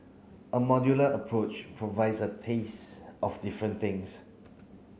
a modular approach provides a taste of different things